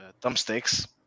thumbsticks